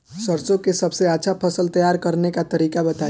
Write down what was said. सरसों का सबसे अच्छा फसल तैयार करने का तरीका बताई